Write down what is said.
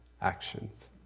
actions